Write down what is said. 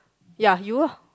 ya you ah